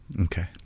Okay